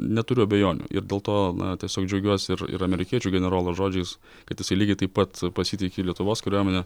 neturiu abejonių ir dėl to na tiesiog džiaugiuosi ir ir amerikiečių generolo žodžiais kad jisai lygiai taip pat pasitiki lietuvos kariuomene